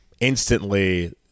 instantly